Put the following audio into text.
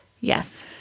Yes